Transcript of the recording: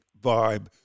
vibe